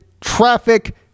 traffic